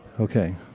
Okay